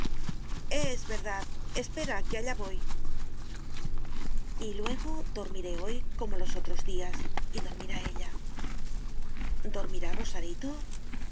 es verdad espera que allá voy y luego dormiré hoy como los otros días y dormirá ella dormirá rosarito